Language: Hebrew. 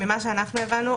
ממה שאנחנו הבנו,